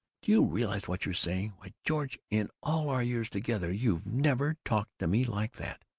do you realize what you're saying? why, george, in all our years together you've never talked to me like that!